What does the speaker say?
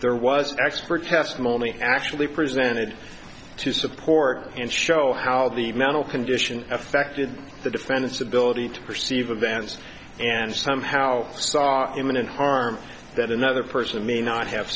there was an expert testimony actually presented to support and show how the mental condition affected the defendant's ability to perceive advance and somehow saw imminent harm that another person may not have